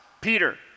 Peter